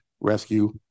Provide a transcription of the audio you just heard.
rescue